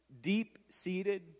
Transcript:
deep-seated